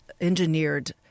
engineered